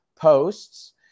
posts